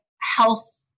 health